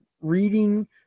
reading